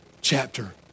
chapter